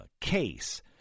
case